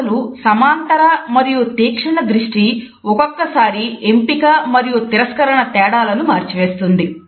అసలు సమాంతర మరియు తీక్షణ దృష్టి ఒక్కొక్కసారి ఎంపిక మరియు తిరస్కరణ తేడాలను మార్చివేస్తుంది